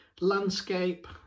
landscape